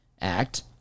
Act